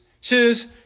Shoes